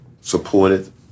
supported